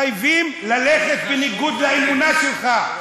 מחייבים ללכת בניגוד לאמונה שלך.